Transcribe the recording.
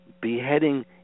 beheading